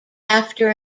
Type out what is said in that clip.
after